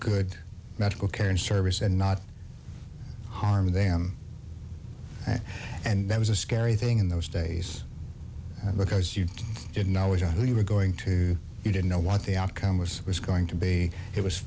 good medical care and service and not arm them and that was a scary thing in those days because you didn't always know who you were going to you didn't know what the outcome was was going to be it was